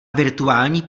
virtuální